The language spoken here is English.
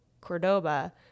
Cordoba